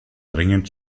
dringend